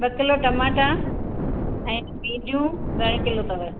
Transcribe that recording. ॿ किलो टमाटा ऐं भींडियूं घणे किलो अथव